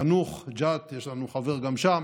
יאנוח-ג'ת, יש לנו חבר גם שם,